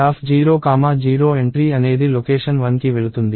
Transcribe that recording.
A00 entry అనేది location 1కి వెళుతుంది